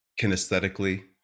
kinesthetically